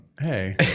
Hey